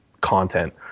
content